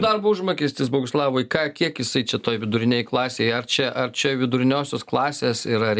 darbo užmokestis boguslavai ką kiek jisai čia toj vidurinėj klasėj ar čia ar čia viduriniosios klasės yra